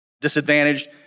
disadvantaged